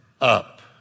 up